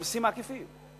המסים העקיפים.